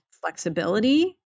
flexibility